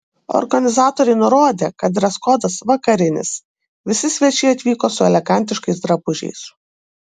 organizatoriai nurodė kad dreskodas vakarinis visi svečiai atvyko su elegantiškais drabužiais